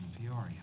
Peoria